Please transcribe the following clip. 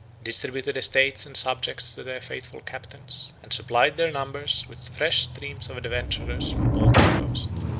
distributed estates and subjects to their faithful captains, and supplied their numbers with fresh streams of adventurers from the baltic coast.